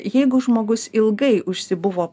jeigu žmogus ilgai užsibuvo